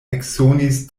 eksonis